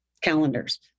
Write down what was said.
calendars